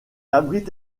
abrite